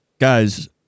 guys